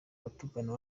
batugana